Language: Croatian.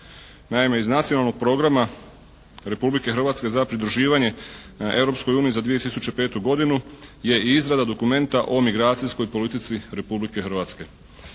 Naime iz Nacionalnog programa Republike Hrvatske za pridruživanje Europskoj uniji za 2005. godinu je i izrada dokumenta o migracijskoj politici Republike Hrvatske.